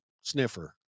sniffer